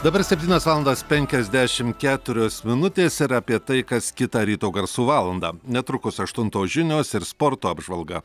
dabar septynios valandos penkiasdešim keturios minutės ir apie tai kas kitą ryto garsų valandą netrukus aštuntos žinios ir sporto apžvalga